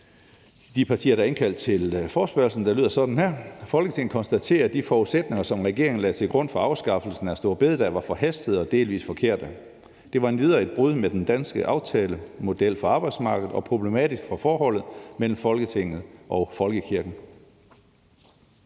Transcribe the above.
de partier, der har indkaldt til forespørgslen, og det lyder sådan her: Forslag til vedtagelse »Folketinget konstaterer, at de forudsætninger, som regeringen lagde til grund for afskaffelsen af store bededag, var forhastede og delvis forkerte. Det var endvidere et brud med den danske aftalemodel for arbejdsmarkedet og problematisk for forholdet mellem Folketinget og folkekirken.«